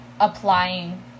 applying